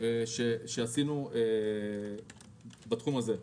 שעשינו בתחום הזה.